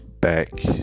Back